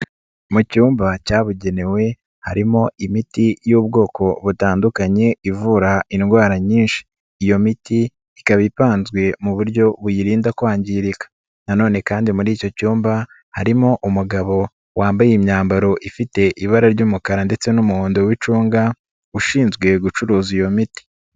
Mu cyumba cyabugenewe harimo imiti y'ubwoko butandukanye ivura indwara nyinshi, iyo miti ikaba ipanzwe mu buryo buyirinda kwangirika nanone kandi muri icyo cyumba harimo umugabo wambaye imyambaro ifite ibara ry'umukara ndetse n'umuhondo w'icunga ushinzwe gucuruza iyo miti.